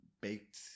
baked